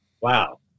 Wow